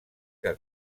que